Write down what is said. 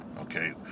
okay